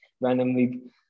randomly